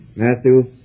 Matthew